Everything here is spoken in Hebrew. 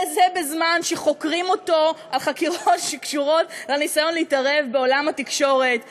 וזה בזמן שחוקרים אותו על חקירות שקשורות לניסיון להתערב בעולם התקשורת,